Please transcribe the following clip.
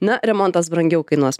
na remontas brangiau kainuos